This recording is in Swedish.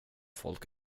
folk